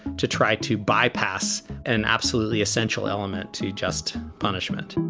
to try to bypass an absolutely essential element to just punishment